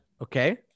okay